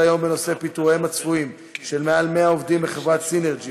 פיטוריהם הצפויים של מעל ל-100 עובדים בחברת סינרג'י